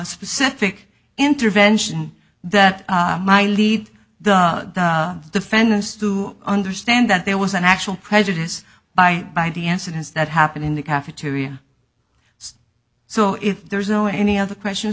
specific intervention that my lead the defendants to understand that there was an actual prejudice by by the ensigns that happened in the cafeteria so if there is no any other questions